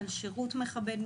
על שירות מכבד,